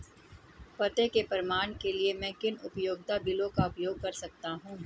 पते के प्रमाण के लिए मैं किन उपयोगिता बिलों का उपयोग कर सकता हूँ?